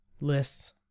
lists